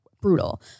Brutal